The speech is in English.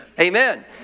Amen